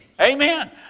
Amen